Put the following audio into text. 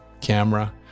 camera